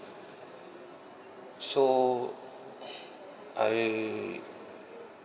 so I